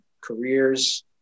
careers